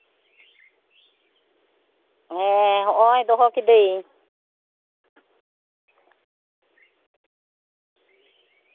ᱦᱮᱸ ᱦᱚᱸᱜᱼᱚᱭ ᱫᱚᱦᱚ ᱠᱤᱫᱟᱹᱧ